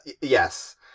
Yes